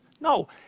No